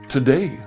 Today